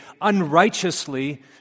unrighteously